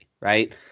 Right